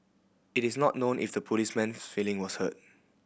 it is not known if the policeman's feeling was hurt